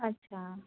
अच्छा